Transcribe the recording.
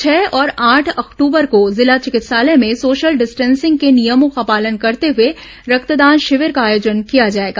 छह और आठ अक्टूबर को जिला चिकित्सालय में सोशल डिस्टेंसिंग के नियमों का पालन करते हुए रक्तदान शिविर का आयोजन किया जाएगा